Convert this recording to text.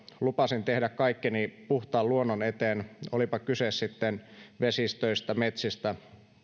lupasin tehdä kaikkeni puhtaan luonnon eteen olipa kyse sitten vesistöistä metsistä